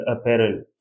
apparel